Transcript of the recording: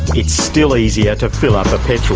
it's still easier to fill up a petrol